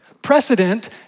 Precedent